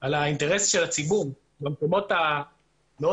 את האינטרס של הציבור במקומות מאוד